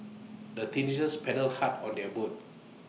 the teenagers paddled hard on their boat